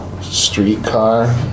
streetcar